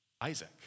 Isaac